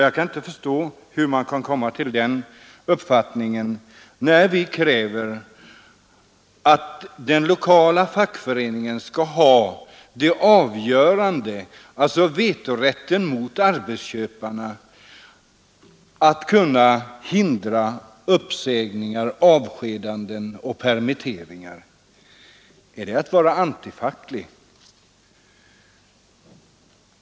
Jag kan inte förstå hur statsrådet kan komma till en sådan uppfattning. när vi kräver att den lokala fackföreningen skall ha det avgörande ordet — alltså vetorätten mot en arbetsköpare — för att kunna hindra uppsägningar, avskedanden och permitteringar. Är det att vara antifacklig?